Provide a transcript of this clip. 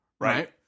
Right